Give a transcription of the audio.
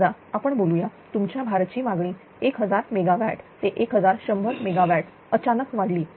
समजा आपण बोलूया तुमच्या भार ची मागणी 1000 मेगावॅट ते1100 मेगावॅट अचानक वाढली